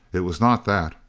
it was not that.